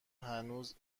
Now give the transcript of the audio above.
هنوز